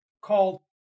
called